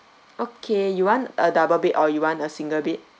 okay you want a double bed or you want a single bed